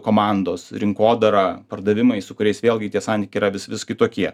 komandos rinkodara pardavimai su kuriais vėlgi tie santykiai yra vis vis kitokie